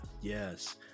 yes